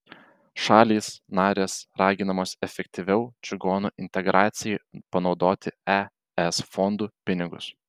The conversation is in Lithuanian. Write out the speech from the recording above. šalys narės raginamos efektyviau čigonų integracijai panaudoti es fondų pinigus